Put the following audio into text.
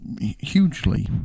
hugely